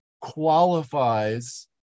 qualifies